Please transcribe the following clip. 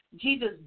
Jesus